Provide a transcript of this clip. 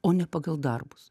o ne pagal darbus